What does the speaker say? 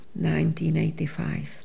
1985